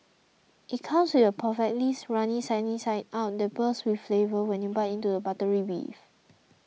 it comes with a perfectly runny sunny side up that bursts with flavour when you bite into the buttery beef